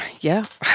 yes.